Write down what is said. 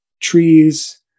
trees